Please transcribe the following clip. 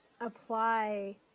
apply